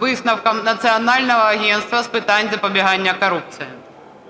висновком Національного агентства з питань запобігання корупції.